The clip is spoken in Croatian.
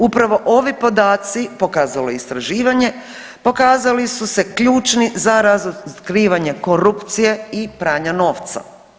Upravo ovi podaci pokazalo je istraživanje, pokazali su se ključni za razotkrivanje korupcije i pranja novca.